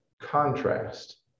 contrast